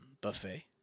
buffet